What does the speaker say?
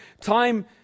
time